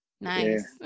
Nice